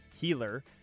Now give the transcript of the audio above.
healer